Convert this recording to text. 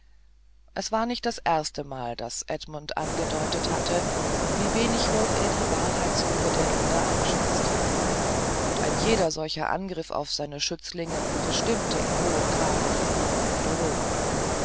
es war nicht das erste mal daß edmund angedeutet hatte wie wenig hoch er die wahrheitsliebe der inder einschätze und ein jeder solcher angriff auf seine schützlinge verstimmte in hohem grade den guten indologen